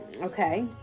Okay